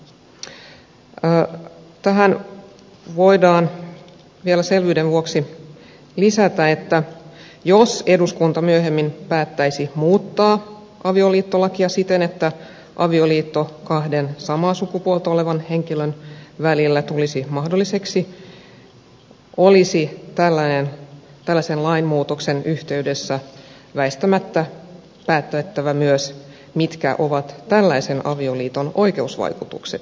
tähän voidaan vielä selvyyden vuoksi lisätä että jos eduskunta myöhemmin päättäisi muuttaa avioliittolakia siten että avioliitto kahden samaa sukupuolta olevan henkilön välillä tulisi mahdolliseksi olisi tällaisen lainmuutoksen yhteydessä väistämättä päätettävä myös mitkä ovat tällaisen avioliiton oikeusvaikutukset